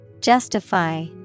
Justify